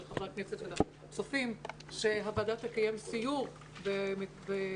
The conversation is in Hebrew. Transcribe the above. לחברי הכנסת ולצופים שהוועדה תקיים סיור בנגב.